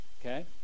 okay